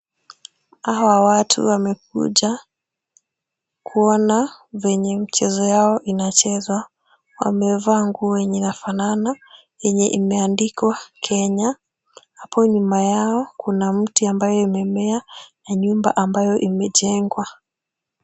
Hawa watu wamekuja kuona venye mchezo yao inachezwa. Wamevaa nguo yenye inafanana yenye imeandikwa Kenya. Hapo nyuma yao kuna mti ambayo imemea na nyumba ambayo imejengwa.